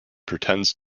pretends